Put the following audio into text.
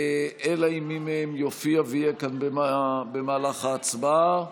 אלא אם כן מי מהם יופיע ויהיה כאן במהלך ההצבעה,